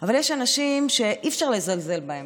אבל יש אנשים שאי-אפשר לזלזל בהם.